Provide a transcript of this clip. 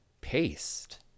paste